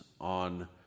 on